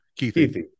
Keithy